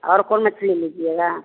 और कौन मछली लीजिएगा